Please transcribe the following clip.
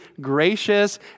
gracious